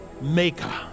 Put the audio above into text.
maker